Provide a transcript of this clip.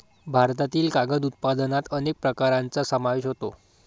भारतातील कागद उत्पादनात अनेक प्रकारांचा समावेश होतो